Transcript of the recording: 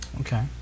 Okay